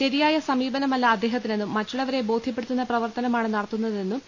ശരിയായ സമീപനമല്ല അദ്ദേഹത്തിനെന്നും മറ്റുള്ളവരെ ബോധൃപ്പെടുത്തുന്ന പ്രവർത്തനമാണ് നടത്തുന്നതെന്നും പി